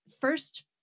first